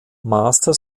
master